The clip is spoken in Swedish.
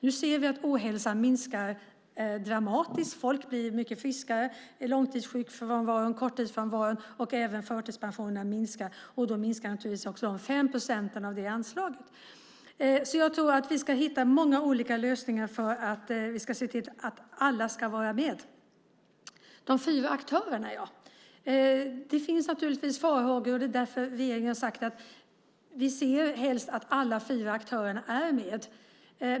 Nu ser vi att ohälsan minskar dramatiskt. Folk blir mycket friskare. Långtidssjukfrånvaron, korttidsfrånvaron och även förtidspensionerna minskar. Då minskar naturligtvis även de 5 procenten av det anslaget. Jag tror att vi kan hitta många olika lösningar för att se till att alla ska vara med. När det gäller de fyra aktörerna finns det naturligtvis farhågor. Det är därför regeringen har sagt att vi helst ser att alla fyra aktörerna är med.